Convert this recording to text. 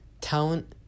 talent